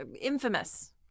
infamous